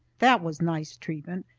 that was nice treatment,